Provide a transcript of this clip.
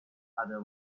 other